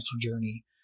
journey